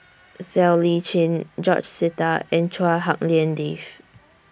Siow Lee Chin George Sita and Chua Hak Lien Dave